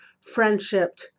friendship